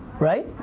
right